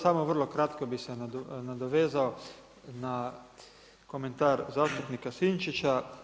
Samo vrlo kratko bih se nadovezao na komentar zastupnika Sinčića.